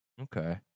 Okay